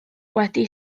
wedi